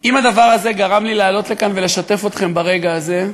אם הדבר הזה גרם לי לעלות לכאן ולשתף אתכם ברגע הזה,